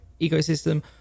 ecosystem